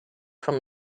from